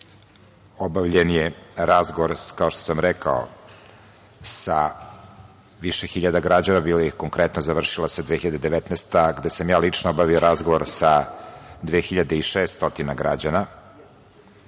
obavljen je razgovor, kao što sam rekao, sa više hiljada građana, konkretno završila sa 2019, gde sam ja lično obavio razgovor sa 2.600 građana.